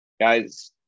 Guys